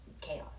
chaos